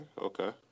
okay